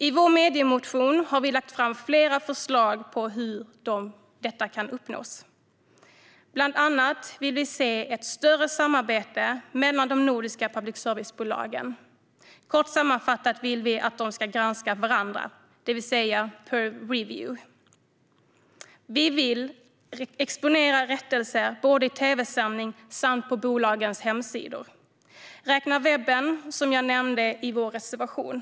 I vår mediemotion har vi lagt fram flera förslag till hur detta kan uppnås. Bland annat vill vi se ett större samarbete mellan de nordiska public service-bolagen. Kort sammanfattat vill vi att de ska granska varandra, det vill säga göra så kallad peer review. Vi vill exponera rättelser både i tv-sändning och på bolagens hemsidor, och vi vill att webben ska inräknas, som jag redan nämnt i vår reservation.